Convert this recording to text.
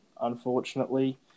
unfortunately